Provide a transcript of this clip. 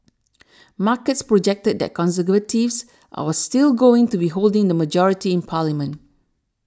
markets projected that Conservatives our still going to be holding the majority in parliament